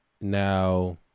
now